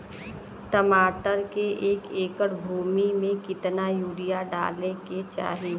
टमाटर के एक एकड़ भूमि मे कितना यूरिया डाले के चाही?